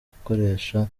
gukoresha